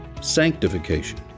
sanctification